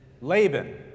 Laban